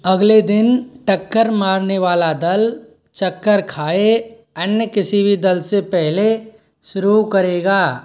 अगले दिन टक्कर मारने वाला दल चक्कर खाए अन्य किसी भी दल से पहले शुरू करेगा